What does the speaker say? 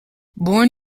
born